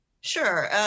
Sure